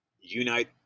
unite